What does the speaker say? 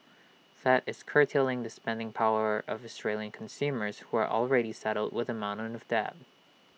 that is curtailing the spending power of Australian consumers who are already saddled with A mountain of debt